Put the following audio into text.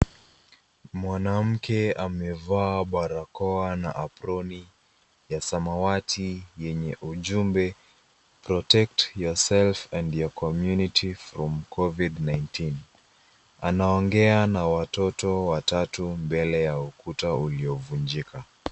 Mwanamke amevaa barakoa na aproni ,ya samawati yenye ujumbe "protect yourself and your community from COVID 19".Anaongea na watoto watatu mbele ya ukuta uliovunjika.